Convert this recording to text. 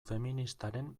feministaren